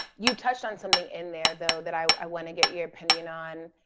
you touched on something in there though that i wanna get your opinion on.